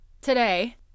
Today